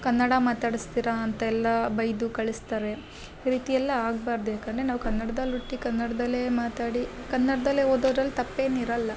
ಕನ್ನಡ ಮಾತಾಡ್ಸ್ತಿರಾಂತ ಎಲ್ಲಾ ಬೈದು ಕಳಿಸ್ತಾರೆ ಈ ರೀತಿ ಎಲ್ಲ ಆಗ್ಬಾರದು ಯಾಕೆಂದರೆ ನಾವು ಕನ್ನಡ್ದಲ್ಲಿ ಹುಟ್ಟಿ ಕನ್ನಡದಲ್ಲೇ ಮಾತಾಡಿ ಕನ್ನಡದಲ್ಲೇ ಓದೋದ್ರಲ್ಲಿ ತಪ್ಪೇನಿರಲ್ಲ